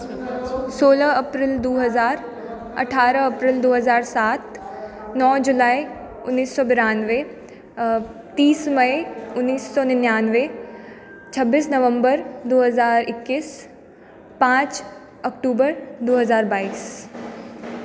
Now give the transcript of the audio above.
सोलह अप्रिल दू हजार अठारह अप्रिल दू हजार सात नओ जुलाइ उन्नैस सए बिरानबे तीस मइ उन्नैस सए निनानबे छब्बीस नवम्बर दू हजार एकैस पाँच अक्टूबर दू हजार बाइस